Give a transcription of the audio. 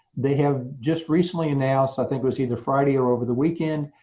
they have just recently announced, i think it was either friday or over the weekend,